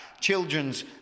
children's